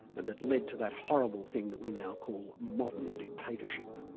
and that led to that horrible thing that we now call modern dictatorship.